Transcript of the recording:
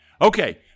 Okay